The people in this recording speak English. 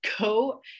Go